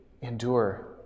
endure